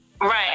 Right